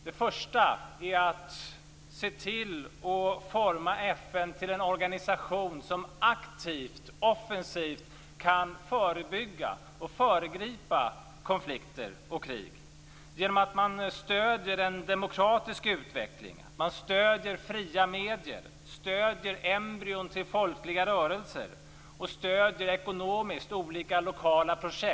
Den första slutsatsen är att man skall se till att forma FN till en organisation som aktivt och offensivt kan förebygga och föregripa konflikter och krig genom att stödja en demokratisk utveckling, fria medier, embryon till folkliga rörelser och ekonomiskt stödja olika lokala projekt.